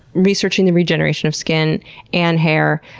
researching the regeneration of skin and hair,